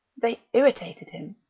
they irritated him,